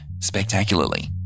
spectacularly